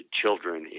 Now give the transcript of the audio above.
children